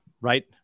right